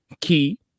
key